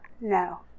No